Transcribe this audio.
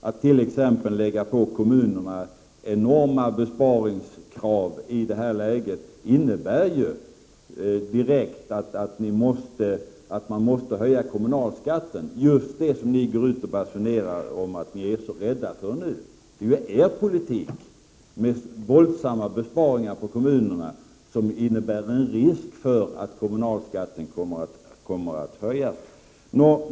Att t.ex. lägga på kommunerna enorma besparingskrav i detta läge innebär ju att man måste höja kommunalskatten, det som ni basunerar ut att ni är så rädda för att göra. Det är ju er politik, med våldsamma besparingar för kommunerna, som innebär en risk för att kommunalskatten kommer att höjas.